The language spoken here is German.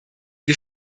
wir